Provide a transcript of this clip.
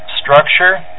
structure